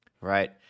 right